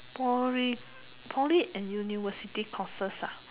Poly Poly and university courses ah